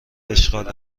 اشغال